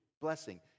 blessing